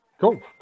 Cool